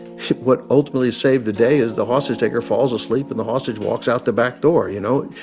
what ultimately saved the day is the hostage-taker falls asleep, and the hostage walks out the back door, you know?